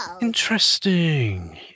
interesting